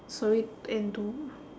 sorry and to